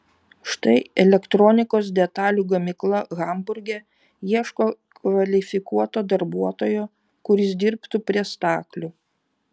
štai elektronikos detalių gamykla hamburge ieško kvalifikuoto darbuotojo kuris dirbtų prie staklių